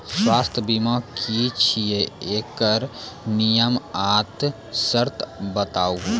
स्वास्थ्य बीमा की छियै? एकरऽ नियम आर सर्त बताऊ?